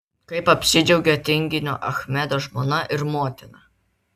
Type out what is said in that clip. kaip apsidžiaugė tinginio achmedo žmona ir motina